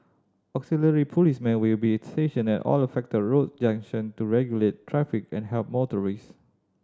Auxiliary policemen will be stationed at all affected road junction to regulate traffic and help motorist